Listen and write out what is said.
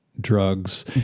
drugs